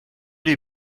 les